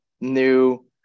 new